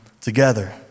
together